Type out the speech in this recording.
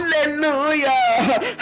hallelujah